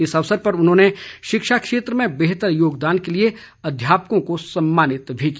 इस अवसर पर उन्होंने शिक्षा क्षेत्र में बेहतर योगदान के लिए अध्यापकों को सम्मानित भी किया